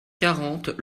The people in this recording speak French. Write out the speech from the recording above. quarante